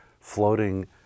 floating